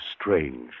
strange